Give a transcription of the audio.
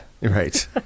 Right